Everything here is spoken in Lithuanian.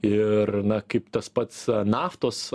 ir na kaip tas pats naftos